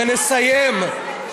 ונסיים,